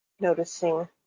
Noticing